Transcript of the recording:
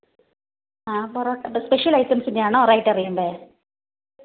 ആ പൊറോട്ടയുണ്ട് സ്പെഷ്യൽ ഐറ്റംസിൻ്റെ ആണോ റേയ്റ്ററിയണ്ടേ